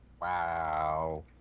wow